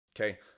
Okay